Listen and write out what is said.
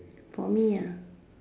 for me